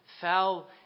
fell